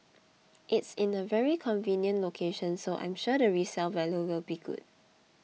it's in a very convenient location so I'm sure the resale value will be good